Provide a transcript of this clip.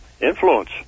influence